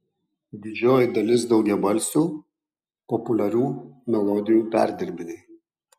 didžioji dalis daugiabalsių populiarių melodijų perdirbiniai